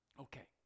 okay